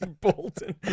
Bolton